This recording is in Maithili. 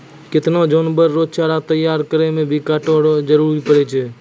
केतना जानवर रो चारा तैयार करै मे भी काटै रो जरुरी पड़ै छै